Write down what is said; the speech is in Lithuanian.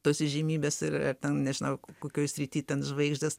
tos įžymybės ir ar ten nežinau kokioj srity ten žvaigždės